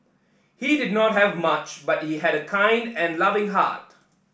he did not have much but he had a kind and loving heart